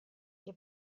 che